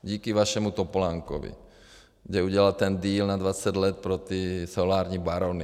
Díky vašemu Topolánkovi, že udělal ten deal na dvacet let pro ty solární barony.